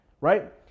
Right